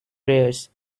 prayers